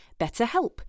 BetterHelp